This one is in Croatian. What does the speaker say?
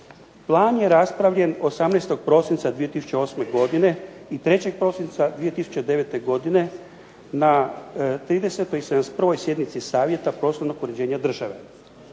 Plan je raspravljen 18. prosinca 2008. godine, i 3. prosinca 2009. godine na 30. i 71. sjednici Savjeta prostornog uređenja Države.